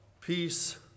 peace